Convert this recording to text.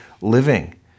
living